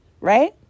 right